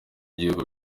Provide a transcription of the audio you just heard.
ibihugu